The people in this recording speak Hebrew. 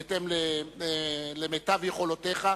בהתאם למיטב יכולותיך.